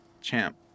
Champ